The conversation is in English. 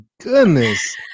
goodness